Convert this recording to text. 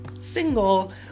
single